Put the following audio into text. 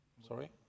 Sorry